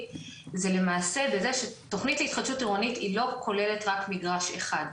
זה למעשה בזה שתכנית להתחדשות עירונית היא לא כוללת רק מגרש אחד.